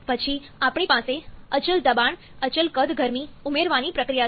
પછી આપણી પાસે અચલ દબાણ અચલ કદ ગરમી ઉમેરવાની પ્રક્રિયા છે